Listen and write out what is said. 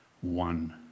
One